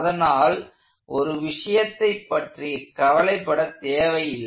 அதனால் ஒரு விஷயத்தைப் பற்றிய கவலை பட தேவையில்லை